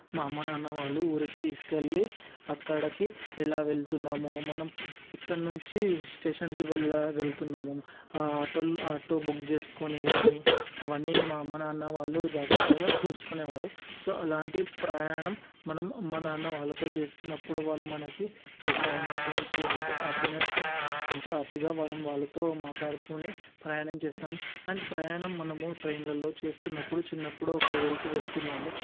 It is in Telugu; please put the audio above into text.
మా అమ్మ నాన్న వాళ్ళు ఊరికి తీసుకెళ్ళి అక్కడికి ఎలా వెళుతున్నాము మనం ఇక్కడి నుంచి స్టేషన్కి వెళ్ళా వెళుతున్నామని ఆటో ఆటో బుక్ చేసుకొని కానీ అవన్నీ మా అమ్మానాన్న వాళ్ళు జాగ్రత్తగా చూసుకునేవారు సో అలాంటి ప్రయాణం మనం అమ్మా నాన్న వాళ్ళతో చేస్తున్నపుడు వాళ్ళు మనకి ఎన్నో ఎమోషన్స్ ఎంతో హ్యాపీనెస్ ఎంతో హ్యాపీగా మనం వాళ్ళతో మాట్లాడుతూనే ప్రయాణం చేస్తాము అండ్ ప్రయాణం మనము ట్రైన్లలో చేస్తున్నప్పుడు చిన్నప్పుడు ఒక ఊరికి వెళుతున్నాము